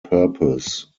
purpose